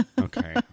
Okay